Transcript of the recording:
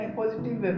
positive